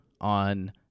on